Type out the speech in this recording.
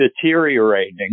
deteriorating